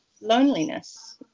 loneliness